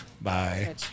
Bye